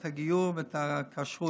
את הגיור ואת הכשרות.